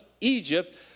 Egypt